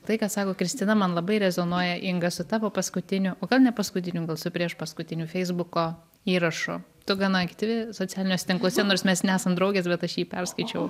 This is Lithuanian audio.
tai ką sako kristina man labai rezonuoja inga su tavo paskutiniu o gal ne paskutiniu gal su priešpaskutiniu feisbuko įrašu tu gana aktyvi socialiniuose tinkluose nors mes nesam draugės bet aš jį perskaičiau